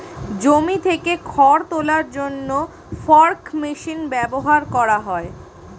জমি থেকে খড় তোলার জন্য ফর্ক মেশিন ব্যবহার করা হয়